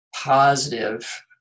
positive